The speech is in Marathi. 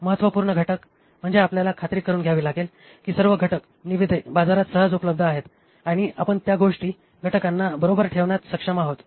महत्त्वपूर्ण घटक म्हणजे आपल्याला खात्री करुन घ्यावी लागेल की सर्व घटक निविदे बाजारात सहज उपलब्ध आहेत आणि आपण त्या गोष्टी घटकांना बरोबर ठेवण्यास सक्षम आहोत